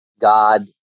God